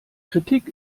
kritik